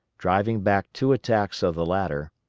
driving back two attacks of the latter,